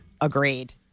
Agreed